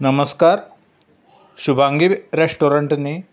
नमस्कार शुभांगी रेस्टोरंट न्हय